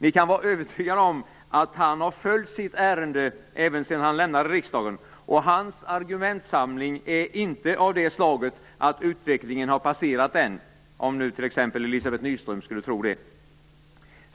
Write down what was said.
Ni kan vara övertygade om att han har följt sitt ärende även sedan han lämnade riksdagen, och hans argumentsamling är inte av det slaget att utvecklingen har passerat den, om nu t.ex. Elizabeth Nyström skulle tro det.